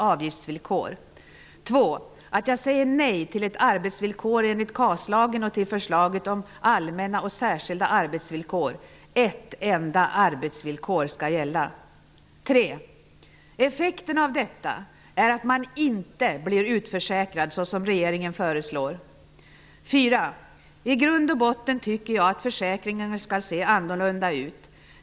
Att jag säger nej till ett arbetsvillkor enligt KAS lagen och till förslaget om allmänna och särskilda arbetsvillkor; ett enda arbetsvillkor skall gälla. 3. Effekterna av detta är att man inte blir utförsäkrad såsom regeringen föreslår. 4. I grund och botten tycker jag att försäkringen skall se annorlunda ut.